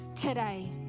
today